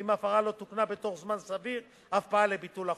ואם ההפרה לא תוקנה בתוך זמן סביר אף פעל לביטול החוזה.